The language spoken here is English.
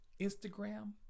Instagram